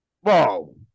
Whoa